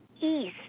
east